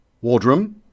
Wardroom